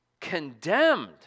condemned